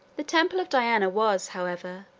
the temple of diana was, however,